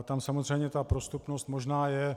Tam samozřejmě ta prostupnost možná je.